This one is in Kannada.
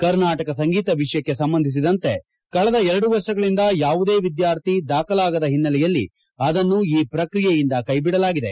ಕರ್ನಾಟಕ ಸಂಗೀತ ವಿಷಯಕ್ಕೆ ಸಂಬಂಧಿಸಿದಂತೆ ಕಳೆದ ಎರಡು ವರ್ಷಗಳಿಂದ ಯಾವುದೇ ವಿದ್ಯಾರ್ಥಿ ದಾಖಲಾಗದ ಒನ್ನೆಲೆಯಲ್ಲಿ ಆದನ್ನು ಈ ಪ್ರಕ್ರಿಯೆಯಿಂದ ಕೈವಿಡಲಾಗಿದೆ